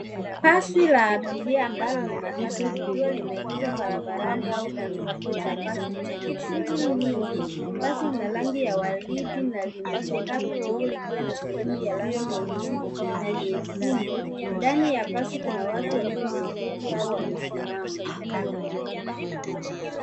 Basi la abiria ambalo ni matatu, likiwa limeegezwa barabarani au kwenye kituo cha basi chenye shughuli mingi. Basi lina rangi ya waridi na limechakaa kidogo, likiwa na sehemu ya rangi nyeusi na nyekundu. Ndani ya basi kuna watu wakiwa wameketi au wamesimama.